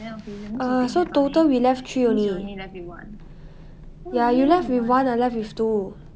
err so total we left three only ya you left with one I left with two